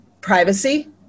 privacy